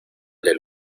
del